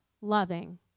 loving